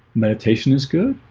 meditation is good